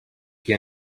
qui